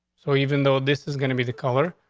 so even though this is gonna be the color,